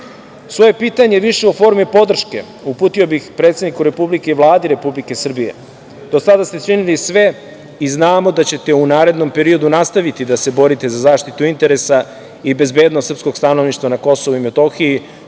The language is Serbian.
pitanje više u formi podrške uputio bih predsedniku Republike i Vladi Republike Srbije, do sada ste činili sve i znamo da ćete u narednom periodu nastaviti da se borite za zaštitu interesa, i bezbednost srpskog stanovišta na KiM,